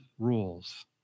Rules